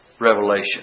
Revelation